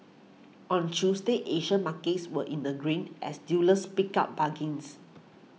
on Tuesday Asian markets were in the green as dealers picked up bargains